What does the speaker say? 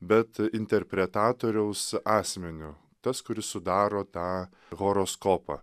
bet interpretatoriaus asmeniu tas kuris sudaro tą horoskopą